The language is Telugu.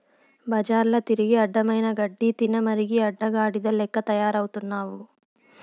బజార్ల తిరిగి అడ్డమైన గడ్డి తినమరిగి అడ్డగాడిద లెక్క తయారవుతున్నావు